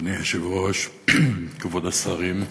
אדוני היושב-ראש, כבוד השרים,